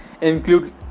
include